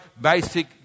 basic